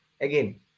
again